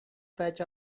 patch